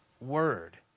word